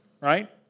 right